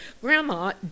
Grandma